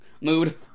mood